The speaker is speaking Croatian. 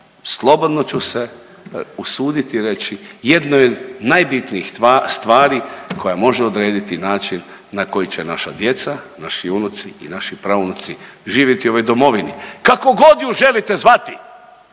slobodno ću se usuditi reći jednoj od najbitnijih stvari koja može odrediti način na koji će naša djeca, naši unuci i naši praunuci živjeti u ovoj domovini. Kako god ju želite zvati.